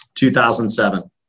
2007